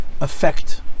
affect